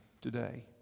today